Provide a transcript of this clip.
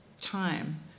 time